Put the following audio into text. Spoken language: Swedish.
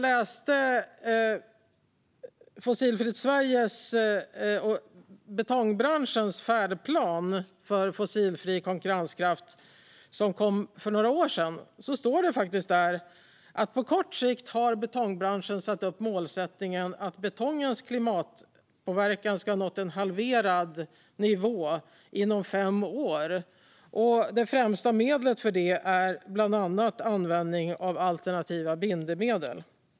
I Fossilfritt Sveriges och betongbranschens färdplan för fossilfri konkurrenskraft, som kom för några år sedan, står det faktiskt att betongbranschen på kort sikt har satt upp målsättningen att betongens klimatpåverkan ska ha nått en halverad nivå inom fem år. Det främsta medlet för detta är bland annat användning av alternativa bindemedel.